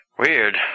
Weird